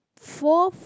four